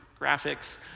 graphics